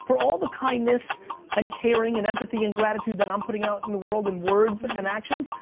for all the kindness and caring and empathy and gratitude that i'm putting out in the world in words and actions,